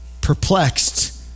perplexed